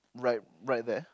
right right there